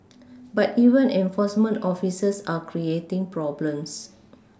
but even enforcement officers are creating problems